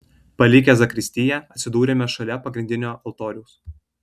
palikę zakristiją atsidūrėme šalia pagrindinio altoriaus